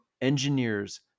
engineers